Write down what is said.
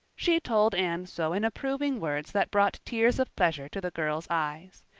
she told anne so in approving words that brought tears of pleasure to the girl's eyes.